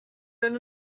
than